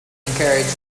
encourage